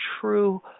true